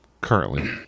currently